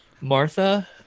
Martha